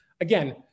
Again